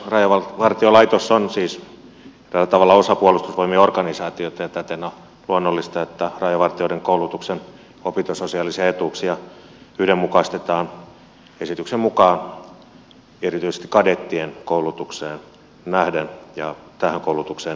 rajavartiolaitos on siis tällä tavalla osa puolustusvoimien organisaatiota ja täten on luonnollista että rajavartijoiden koulutuksen opintososiaalisia etuuksia yhdenmukaistetaan esityksen mukaan erityisesti kadettien koulutukseen nähden ja tähän koulutukseen verraten